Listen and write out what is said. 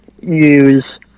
use